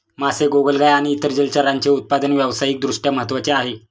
मासे, गोगलगाय आणि इतर जलचरांचे उत्पादन व्यावसायिक दृष्ट्या महत्त्वाचे आहे